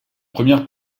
première